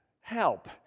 help